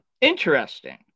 interesting